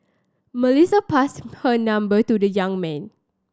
Melissa passed her number to the young man